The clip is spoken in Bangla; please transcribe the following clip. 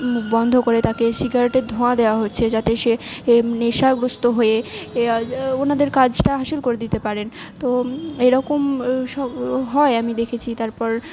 বন্ধ করে তাকে সিগারেটের ধোঁয়া দেওয়া হচ্ছে যাতে সে নেশাগ্রস্ত হয়ে ওনাদের কাজটা হাসিল করে দিতে পারেন তো এরকম সব হয় আমি দেখেছি তারপর